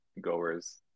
goers